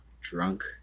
drunk